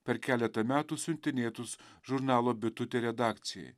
per keletą metų siuntinėtus žurnalo bitutė redakcijai